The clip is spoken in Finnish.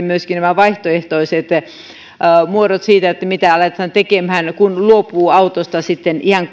myöskin vaihtoehtoiset muodot siihen mitä aletaan tekemään kun luovutaan autosta sitten ihan